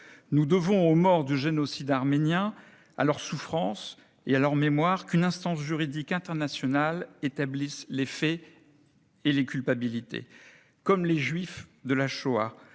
Nous devons aux morts du génocide arménien, à leurs souffrances et à leur mémoire qu'une instance juridique internationale établisse les faits et les culpabilités. Comme les Juifs de la Shoah,